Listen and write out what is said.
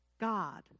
God